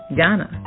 Ghana